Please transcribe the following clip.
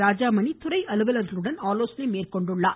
ராஜாமணி துறை அலுவலர்களுடன் ஆலோசனை மேற்கொண்டார்